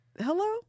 hello